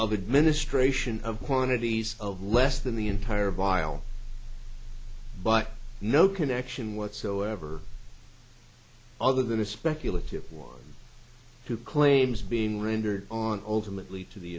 of administration of quantities of less than the entire vial but no connection whatsoever other than the speculative one who claims being rendered on ultimately to the